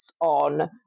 on